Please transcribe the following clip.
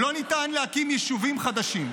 לא ניתן להקים יישובים חדשים.